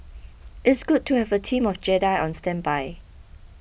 it's good to have a team of Jedi on standby